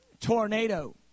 tornado